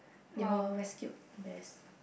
they were rescued best